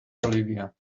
olivia